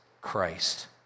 Christ